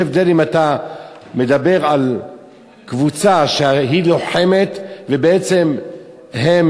יש הבדל אם אתה מדבר על קבוצה שהיא לוחמת ובעצם הם